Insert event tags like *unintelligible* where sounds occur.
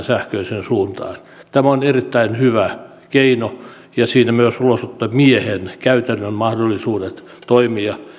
*unintelligible* sähköiseen suuntaan tämä on erittäin hyvä keino ja siinä myös ulosottomiehen käytännön mahdollisuudet toimia